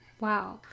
Wow